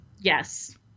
Yes